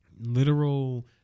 literal